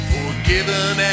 Forgiven